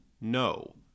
no